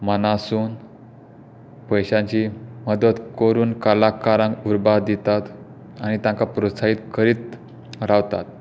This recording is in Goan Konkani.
मनासून पयश्यांची मदत करून कलाकारांक उर्बा दितात आनी तांका प्रोत्साहीत करीत रावतात